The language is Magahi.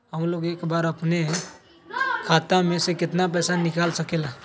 हमलोग एक बार में अपना खाता से केतना पैसा निकाल सकेला?